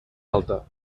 alta